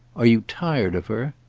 are you tired of her?